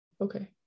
okay